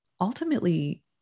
ultimately